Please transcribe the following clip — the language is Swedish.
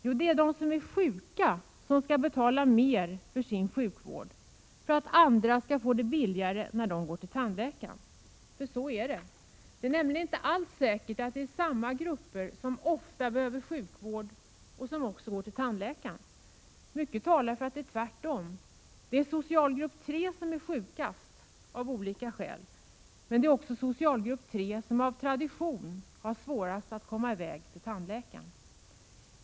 Jo, att det är de sjuka som skall betala mer för sin sjukvård för att andra skall få det billigare när de går till tandläkaren. Så är det. Det är nämligen inte alls säkert att det är samma grupper som ofta behöver sjukvård och som också går till tandläkaren. Mycket talar för att det är tvärtom. Det är socialgrupp 3 som är sjukast, av olika skäl. Men det är också socialgrupp 3 som av tradition har svårast att komma iväg till tandläkaren.